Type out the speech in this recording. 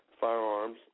firearms